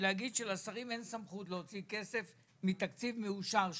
ולהגיד שלשרים אין סמכות להוציא כסף מתקציב מאושר שלהם.